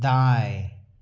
दाएँ